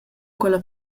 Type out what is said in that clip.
quella